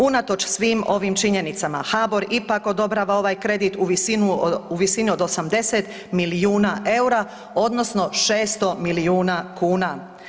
Unatoč svim ovim činjenicama HABOR ipak odobrava ovaj kredit u visini od 80 milijuna EUR-a odnosno 600 milijuna kuna.